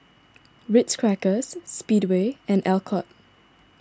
Ritz Crackers Speedway and Alcott